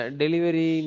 delivery